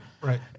right